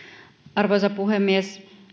arvoisa puhemies